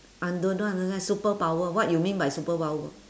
I don't know I don't leh superpower what you mean by superpower